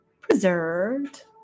preserved